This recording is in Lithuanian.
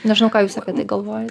nežinau ką jūs apie tai galvojat